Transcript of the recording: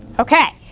okay,